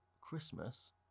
Christmas